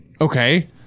Okay